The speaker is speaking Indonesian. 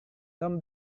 tom